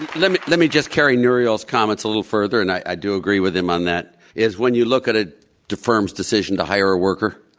let me let me just carry nouriel's comments a little further and i do agree with him on that. is when you look at ah a firm's decision to hire a worker,